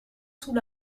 sous